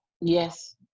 Yes